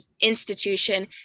institution